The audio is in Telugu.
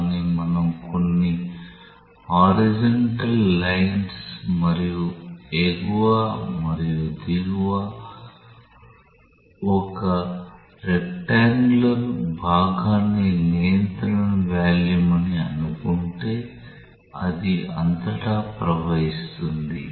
కానీ మనం కొన్ని హారిజాంటల్ లైన్స్ మరియు ఎగువ మరియు దిగువ ఒక రెక్టన్గులార్ భాగాన్ని నియంత్రణ వాల్యూమ్ అని అనుకుంటే అది అంతటా ప్రవహిస్తుంది